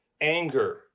anger